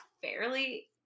fairly